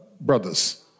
brothers